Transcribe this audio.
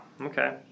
Okay